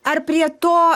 ar prie to